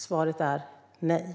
Svaret är nej.